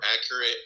accurate